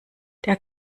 der